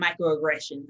microaggressions